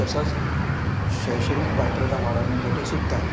तसंच शैक्षणिक पात्रता वाढवण्यासाठीसुद्धा